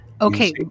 Okay